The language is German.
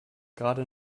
gerade